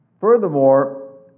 Furthermore